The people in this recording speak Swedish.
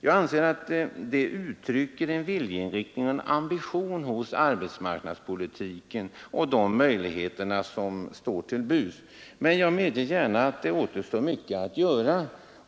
Det uttrycker en viljeinriktning och en ambition när det gäller arbetsmarknadspolitiken, men jag medger gärna att mycket återstår att göra.